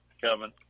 Kevin